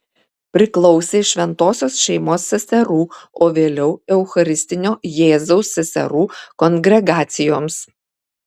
priklausė šventosios šeimos seserų o vėliau eucharistinio jėzaus seserų kongregacijoms